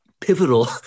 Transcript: pivotal